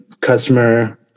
customer